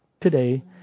today